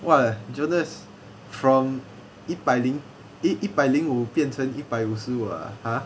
!wah! jonas from 一百零一一百零五变成一百五十五 ah !huh!